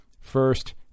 First